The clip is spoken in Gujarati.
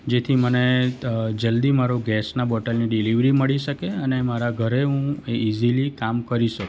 જેથી મને ત જલ્દી મારો ગેસના બોટલની ડિલિવરી મળી શકે અને મારા ઘરે હું ઈઝીલી કામ કરી શકું